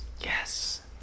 Yes